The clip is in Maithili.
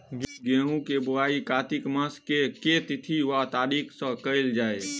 गेंहूँ केँ बोवाई कातिक मास केँ के तिथि वा तारीक सँ कैल जाए?